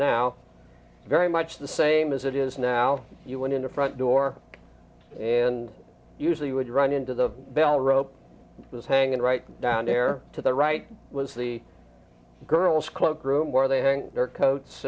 now very much the same as it is now you went in the front door and usually would run into the bell rope was hanging right down there to the right was the girls club room where they hang their coats